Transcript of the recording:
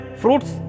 fruits